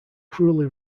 cruelly